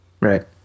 Right